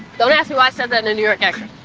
don't ask me why i said that in a new york accent.